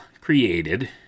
created